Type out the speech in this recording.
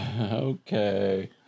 Okay